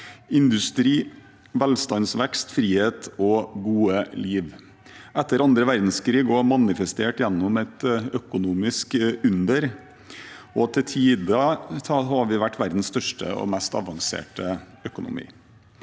industri, velstandsvekst, frihet og et godt liv, etter annen verdenskrig å ha manifestert seg gjennom et økonomisk under, og vi har til tider vært verdens største og mest avanserte økonomi.